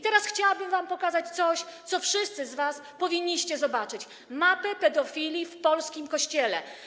Teraz chciałabym wam pokazać coś, co wszyscy powinniście zobaczyć: mapę pedofilii w polskim Kościele.